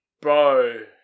Bro